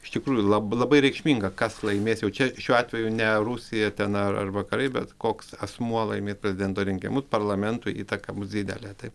iš tikrųjų lab labai reikšminga kas laimės jau čia šiuo atveju ne rusija ten ar ar vakarai bet koks asmuo laimės prezidento rinkimu parlamentui įtaka bus didelė taip